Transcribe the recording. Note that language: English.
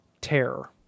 terror